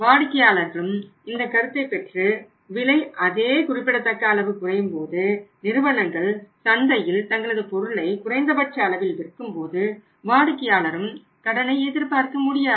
வாடிக்கையாளர்களும் இந்த கருத்தை பெற்று விலை அதே குறிப்பிடத்தக்க அளவு குறையும்போது நிறுவனங்கள் சந்தையில் தங்களது பொருளை குறைந்தபட்ச அளவில் விற்கும் போது வாடிக்கையாளரும் கடனை எதிர்பார்க்க முடியாது